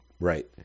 right